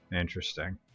Interesting